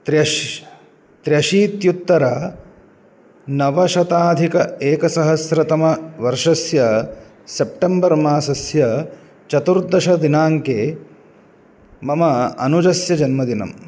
त्रयः त्र्यशीत्युत्तर नवशताधिक एकसहस्रतम वर्षस्य सेप्टेम्बर् मासस्य चतुर्दशदिनाङ्के मम अनुजस्य जन्मदिनम्